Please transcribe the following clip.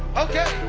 okay.